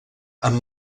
amb